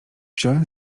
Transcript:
wziąłem